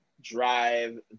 drive